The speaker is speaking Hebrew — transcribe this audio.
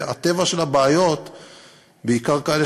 והטבע של הבעיות,